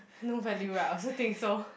no value right I also think so